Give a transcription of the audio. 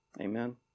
Amen